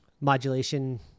modulation